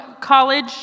college